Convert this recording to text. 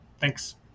Thanks